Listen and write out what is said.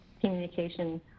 communication